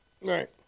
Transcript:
Right